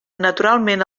naturalment